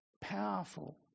powerful